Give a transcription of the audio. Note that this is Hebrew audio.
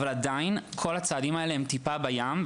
אבל עדיין כל הצעדים האלה הם טיפה בים,